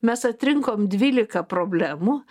mes atrinkom dvylika problemų